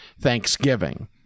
Thanksgiving